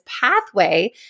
pathway